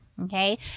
Okay